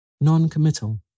Non-committal